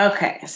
Okay